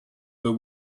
the